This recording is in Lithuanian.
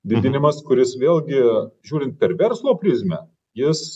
didinimas kuris vėlgi žiūrint per verslo prizmę jis